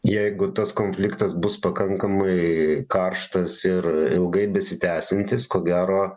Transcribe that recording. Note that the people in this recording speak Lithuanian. jeigu tas konfliktas bus pakankamai karštas ir ilgai besitęsiantis ko gero